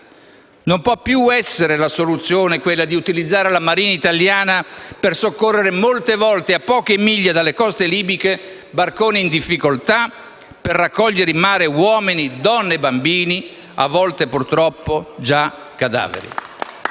non può più essere quella di utilizzare la Marina italiana per soccorrere, molte volte a poche miglia dalle coste libiche, barconi in difficoltà e per raccogliere in mare uomini donne e bambini, a volte purtroppo già cadaveri.